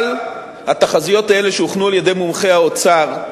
אבל התחזיות האלה, שהוכנו על-ידי מומחי האוצר,